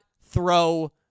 throw